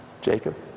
Jacob